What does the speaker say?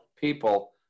people